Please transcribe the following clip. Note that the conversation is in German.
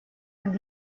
und